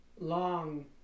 Long